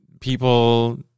people